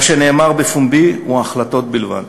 מה שנאמר בפומבי הוא החלטות בלבד.